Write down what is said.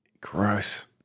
Gross